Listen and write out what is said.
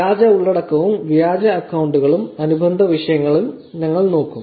വ്യാജ ഉള്ളടക്കവും വ്യാജ അക്കൌണ്ടുകളും അനുബന്ധ വിഷയങ്ങളും ഞങ്ങൾ നോക്കും